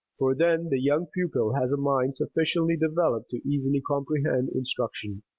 for then the young pupil has a mind sufficiently developed to easily comprehend instruction,